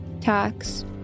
tax